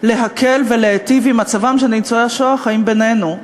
להקל ולהיטיב את מצבם של ניצולי השואה החיים בינינו,